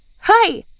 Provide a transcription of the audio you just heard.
hi